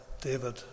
David